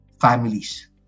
families